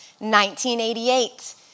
1988